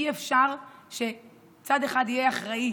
אי-אפשר שצד אחד יהיה אחראי